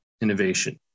innovation